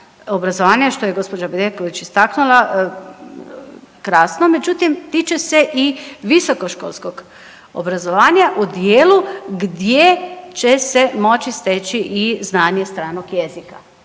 obrazovanja što je gospođa Bedeković istaknula krasno, međutim tiče se i visokoškolskog obrazovanja u dijelu gdje će se moći steći i znanje strane jezika.